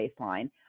baseline